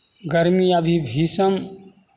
गरमी अभी भीषण